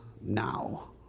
now